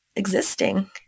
existing